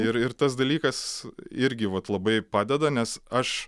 ir ir tas dalykas irgi vat labai padeda nes aš